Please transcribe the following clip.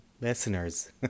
listeners